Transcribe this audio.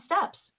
steps